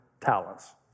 talents